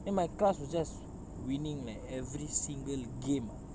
then my class was just winning like every single game ah